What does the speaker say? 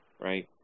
right